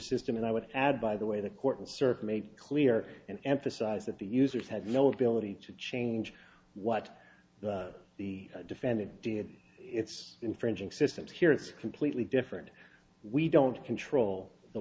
system and i would add by the way the court and server made clear and emphasized that the users had no ability to change what the defendant did it's infringing systems here it's completely different we don't control the